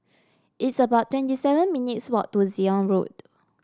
it's about twenty seven minutes' walk to Zion Road